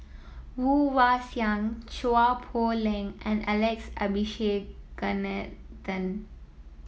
Woon Wah Siang Chua Poh Leng and Alex Abisheganaden